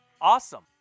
Awesome